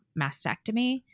mastectomy